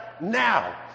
now